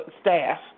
staff